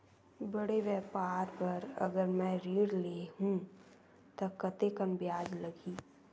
बड़े व्यापार बर अगर मैं ऋण ले हू त कतेकन ब्याज लगही?